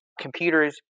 computers